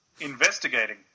investigating